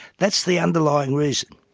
that's the underlying reason.